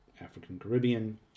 African-Caribbean